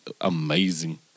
amazing